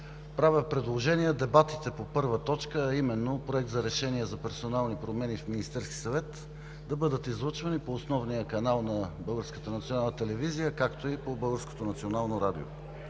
Правя предложение дебатите по първа точка, а именно „Проект на решение за персонални промени в Министерския съвет“ да бъдат излъчвани по основния канал на Българската национална